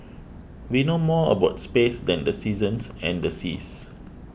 we know more about space than the seasons and the seas